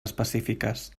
específiques